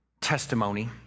testimony